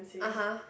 (uh huh)